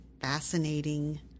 fascinating